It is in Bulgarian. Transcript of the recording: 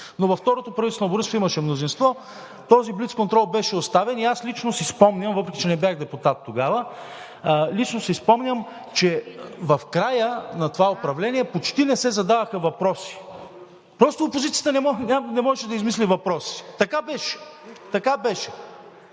Но във второто правителство на Борисов имаше мнозинство, този блицконтрол беше оставен. Въпреки че не бях депутат тогава, лично си спомням, че в края на това управление почти не се задаваха въпроси. Просто опозицията не можеше да измисли въпроси. Така беше! Защото